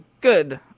good